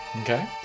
Okay